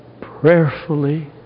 prayerfully